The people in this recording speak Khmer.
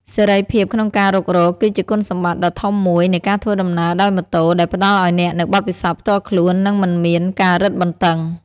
សេរីភាពក្នុងការរុករក គឺជាគុណសម្បត្តិដ៏ធំមួយនៃការធ្វើដំណើរដោយម៉ូតូ ដែលផ្តល់ឱ្យអ្នកនូវបទពិសោធន៍ផ្ទាល់ខ្លួន និងមិនមានការរឹតបន្តឹង។